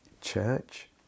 Church